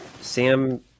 Sam